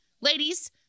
Ladies